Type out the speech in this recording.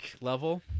level